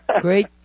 Great